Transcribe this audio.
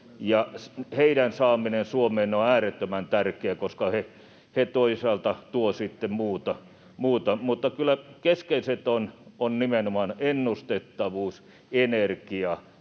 heidän saamisensa Suomeen on äärettömän tärkeää, koska he toisaalta tuovat sitten muutakin. Mutta kyllä keskeiset asiat ovat nimenomaan ennustettavuus, energia,